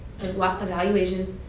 evaluations